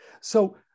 So-